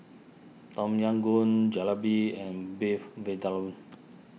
Tom Yam Goong Jalebi and Beef Vindaloo